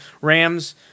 Rams